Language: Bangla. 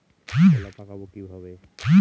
কলা পাকাবো কিভাবে?